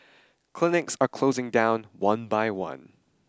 clinics are closing down one by one